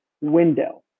window